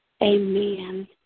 amen